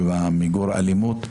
במיגור אלימות.